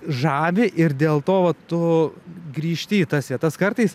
žavi ir dėl to vat tu grįžti į tas vietas kartais